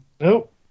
Nope